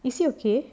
is he okay